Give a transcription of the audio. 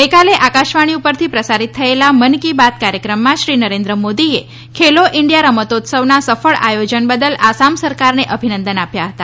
ગઈકાલે આકાશવાણી પરથી પ્રસારી થયેલા મન કી બાત કાર્યક્રમમાં શ્રી નરેન્દ્ર મોદીએ ખેલો ઈન્ડિયા રમતોત્સવના સફળ આયોજન બદલ આસામ સરકારને અભિનંદન આપ્યા હતા